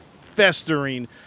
festering